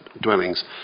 dwellings